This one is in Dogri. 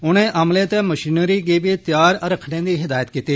उनें अमले ते मशीनेरी गी बी त्यार रखने दी हिदायत कीती